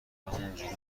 همینجوری